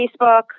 Facebook